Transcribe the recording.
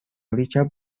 richard